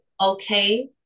okay